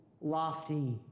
lofty